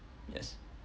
yes